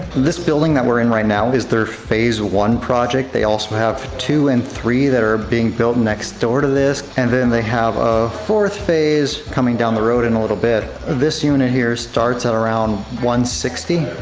this building that we're in right now is their phase one project they also have two and three that are being built next door to this. and then they have a fourth phase coming down the road in a little bit. ah this unit here starts at around one hundred and sixty,